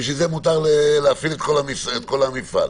בשביל זה מותר להפעיל את כל המפעל.